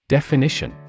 Definition